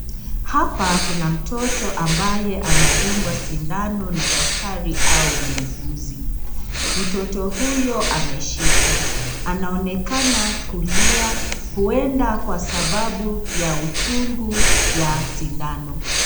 Hapa kuna mtoto ambaye anadungwa sindano na daktari au mwuguzi. Mtoto huyo ameshikwa, anaonekana kulia huenda kwa sababu ya uchungu ya sindano.